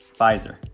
Pfizer